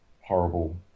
horrible